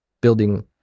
building